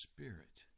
Spirit